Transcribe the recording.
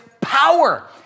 power